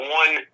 one